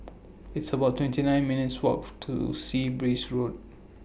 It's about twenty nine minutes' Walk to Sea Breeze Road